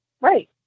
Right